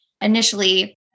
initially